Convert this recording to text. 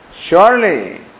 Surely